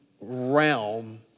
realm